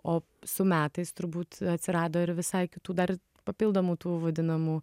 o su metais turbūt atsirado ir visai kitų dar papildomų tų vadinamų